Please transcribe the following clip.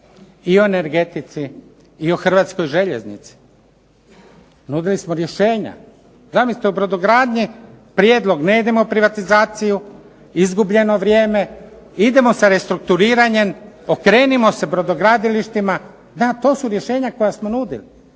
i o energetici i o Hrvatskoj željeznici. Nudili smo rješenja. Zamislite u brodogradnji prijedlog ne idemo privatizaciju izgubljeno vrijeme, idemo sa restrukturiranjem. Okrenimo se brodogradilištima. Da, to su rješenja koja smo nudili.